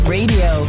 Radio